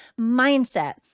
mindset